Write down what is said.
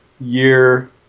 year